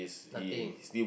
nothing